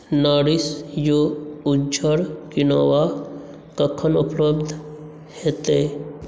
nourish You उजर quinoa कखन उपलब्ध हेतै